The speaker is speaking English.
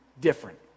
different